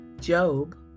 Job